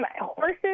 Horses